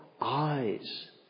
eyes